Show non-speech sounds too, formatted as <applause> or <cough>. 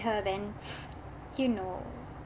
her then <noise> you know